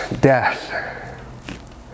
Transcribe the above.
death